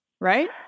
Right